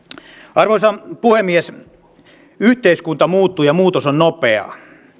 arvoisa puhemies yhteiskunta muuttuu ja muutos on nopeaa